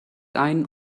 ein